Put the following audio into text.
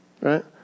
right